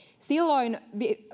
silloin